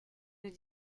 nous